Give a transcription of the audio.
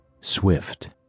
swift